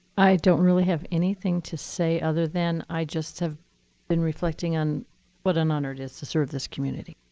i don't really have anything to say, other than i just have been reflecting on what an honor it is to serve this community.